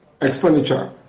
expenditure